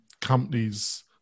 companies –